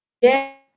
yes